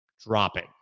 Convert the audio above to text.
dropping